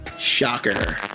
Shocker